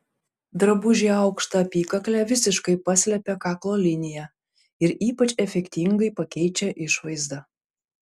drabužiai aukšta apykakle visiškai paslepia kaklo liniją ir ypač efektingai pakeičia išvaizdą